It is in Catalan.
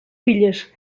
filles